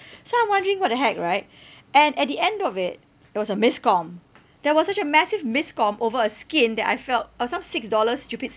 so I'm wondering what the heck right and at the end of it it was a miscomm there was such a massive miscomm over a skin that I felt of some six dollars stupid